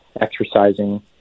exercising